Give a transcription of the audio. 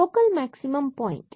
local maximum point